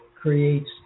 creates